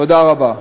תודה רבה.